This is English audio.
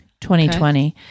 2020